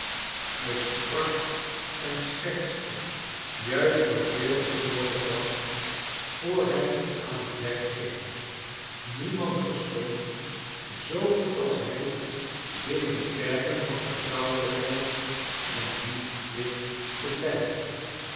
hij sprak en schertste juist zooveel als noodig was voor hij aan het werk ging niemand verstond zoo goed als hij binnen de perken van vertrouwelijkheid en dienstplicht te blijven